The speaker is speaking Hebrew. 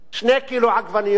2 קילו עגבניות,